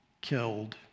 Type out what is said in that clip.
killed